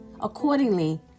accordingly